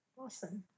awesome